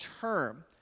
term